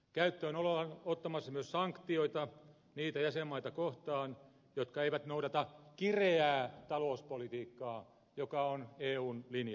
käyttöön ollaan ottamassa myös sanktioita niitä jäsenmaita kohtaan jotka eivät noudata kireää talouspolitiikkaa joka on eun linja